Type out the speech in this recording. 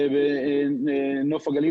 נוף הגליל,